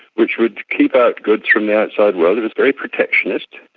which would keep out goods from the outside world. it was very protectionist.